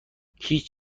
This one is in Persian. هیچ